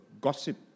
gossip